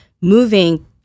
moving